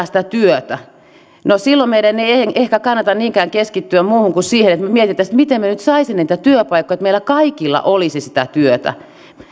sitä työtä no silloin meidän ei ehkä kannata niinkään keskittyä muuhun kuin siihen että me miettisimme miten me nyt saisimme niitä työpaikkoja että meillä kaikilla olisi sitä työtä